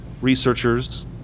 Researchers